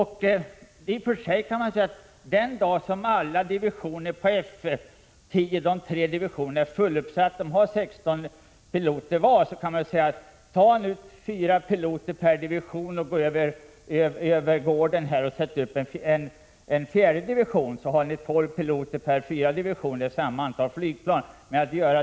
Hade de tre divisionerna på F 10 haft 16 piloter var, så skulle fyra piloter från varje division kunna gå över gården och sätta upp en fjärde division. Därmed skulle det finnas fyra divisioner med tolv piloter var.